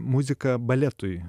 muzika baletui